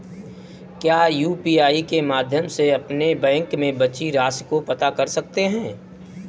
क्या यू.पी.आई के माध्यम से अपने बैंक में बची राशि को पता कर सकते हैं?